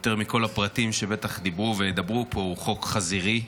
מכל הפרטים שבטח דיברו וידברו פה, הוא חוק חזירי,